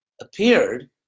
appeared